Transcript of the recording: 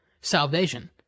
salvation